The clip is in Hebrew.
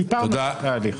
שיפרנו את התהליך.